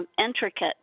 intricate